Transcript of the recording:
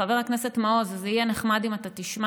חבר הכנסת מעוז, זה יהיה נחמד אם אתה תשמע,